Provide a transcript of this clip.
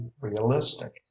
realistic